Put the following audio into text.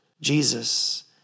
Jesus